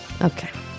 Okay